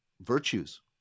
virtues